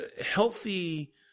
healthy